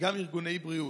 וגם ארגוני בריאות,